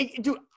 Dude